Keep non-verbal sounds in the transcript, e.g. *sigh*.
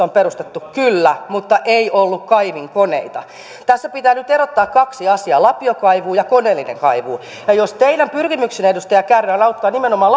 *unintelligible* on perustettu kyllä mutta ei ollut kaivinkoneita tässä pitää nyt erottaa kaksi asiaa lapiokaivuu ja koneellinen kaivuu jos teidän pyrkimyksenne edustaja kärnä on auttaa nimenomaan *unintelligible*